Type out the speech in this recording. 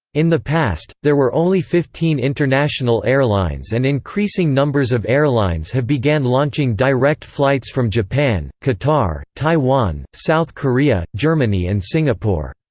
in the past, there were only fifteen international airlines and increasing numbers of airlines have began launching direct flights from japan, qatar, taiwan, south korea, germany and singapore.